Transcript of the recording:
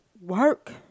work